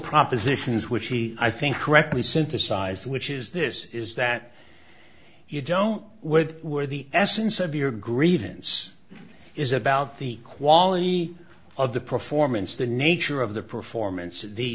propositions which he i think correctly synthesised which is this is that you don't with where the essence of your grievance is about the quality of the performance the nature of the performance